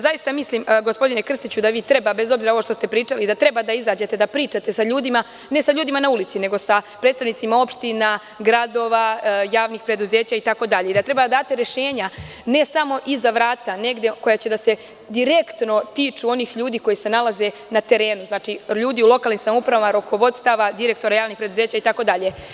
Zaista mislim gospodine Krstiću, da vi treba, bez obzira ovo što ste pričali, da treba da izađete da pričate sa ljudima, ne sa ljudima na ulici, nego sa predstavnicima opština, gradova, javnih preduzeća itd. i da treba da date rešenja, ne samo iza vrata negde koja će da se direktno tiču onih ljudi koji se nalaze na terenu, znači ljudi u lokalnim samoupravama, rukovodstava, direktora javnih preduzeća itd.